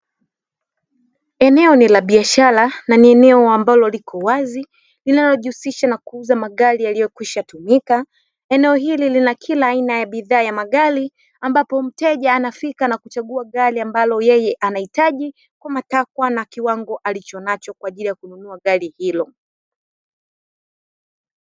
Eneo ni la biashara na ni eneo ambalo liko wazi linalojihusisha na kuuza magari yaliyokwisha tumika. Eneo hili lina kila aina ya bidhaa ya magari ambapo mteja anafika na kuchagua gari ambalo yeye anahitaji kwa matakwa na kiwango alichonacho kwa ajili ya kununua gari hilo.